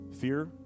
fear